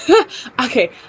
Okay